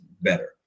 better